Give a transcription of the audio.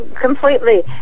completely